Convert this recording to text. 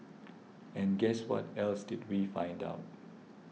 and guess what else did we find out